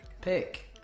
pick